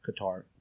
Qatar